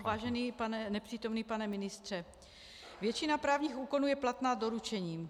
Vážený nepřítomný pane ministře, většina právních úkonů je platná doručením.